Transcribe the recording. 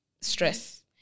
stress